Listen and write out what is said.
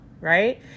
right